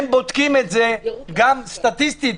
הם בודקים את זה גם סטטיסטית,